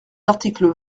articles